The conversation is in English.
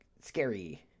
scary